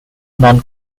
non